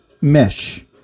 Mesh